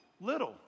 Little